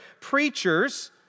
preachers